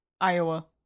Iowa